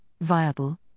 viable